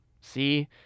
see